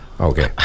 Okay